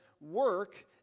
work